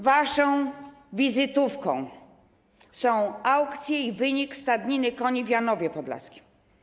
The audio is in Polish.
Waszą wizytówką są aukcje i wynik stadniny koni w Janowie Podlaskim.